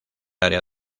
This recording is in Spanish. área